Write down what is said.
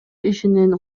ишинин